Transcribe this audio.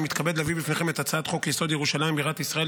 אני מתכבד להביא בפניכם את הצעת חוק-יסוד: ירושלים בירת ישראל